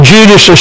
Judas